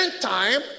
time